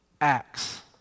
acts